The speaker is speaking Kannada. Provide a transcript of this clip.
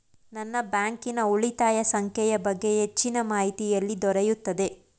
ನನ್ನ ಬ್ಯಾಂಕಿನ ಉಳಿತಾಯ ಸಂಖ್ಯೆಯ ಬಗ್ಗೆ ಹೆಚ್ಚಿನ ಮಾಹಿತಿ ಎಲ್ಲಿ ದೊರೆಯುತ್ತದೆ?